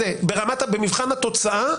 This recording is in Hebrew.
במבחן התוצאה,